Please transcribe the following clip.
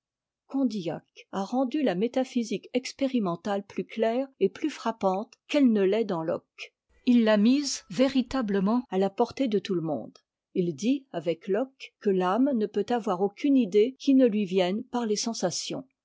condillac a rendu a métaphysique expérimentale pius claire et plus frappante qu'elle ne t'est dans locke il l'a mise véritablement à la portée de tout le monde il dit avec locke que l'âme ne peut avoir aucune idée qui ne lui vienne par les sensations